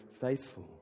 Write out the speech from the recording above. faithful